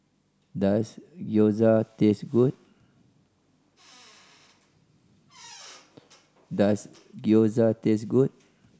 does Gyoza taste good does Gyoza taste good